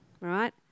right